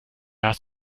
hast